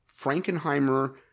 Frankenheimer